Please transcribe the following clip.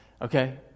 okay